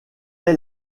est